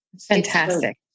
Fantastic